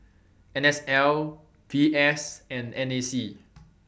NSL VS and NAC